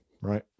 right